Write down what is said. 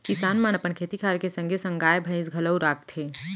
किसान मन अपन खेती खार के संगे संग गाय, भईंस घलौ राखथें